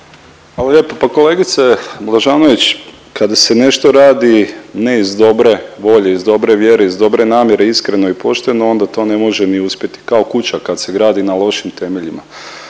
Hvala lijepo. Pa kolegice Blažanović kada se nešto radi ne iz dobre volje, iz dobre vjere iz dobre namjere, iskreno i pošteno onda to ne može ni uspjeti, kao kuća kad se gradi na lošim temeljima.